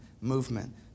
movement